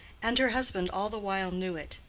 and her husband all the while knew it.